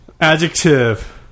Adjective